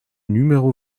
numéro